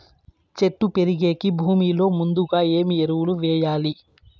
చెట్టు పెరిగేకి భూమిలో ముందుగా ఏమి ఎరువులు వేయాలి?